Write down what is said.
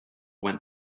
went